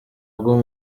bwo